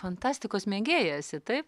fantastikos mėgėja esi taip